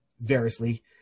variously